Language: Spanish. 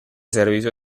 servicio